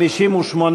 ההסתייגויות לסעיף 06,